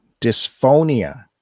dysphonia